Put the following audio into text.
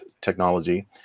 technology